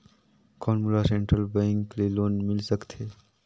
कौन मोला central bank ले लोन मिल सकथे?